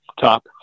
top